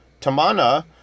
Tamana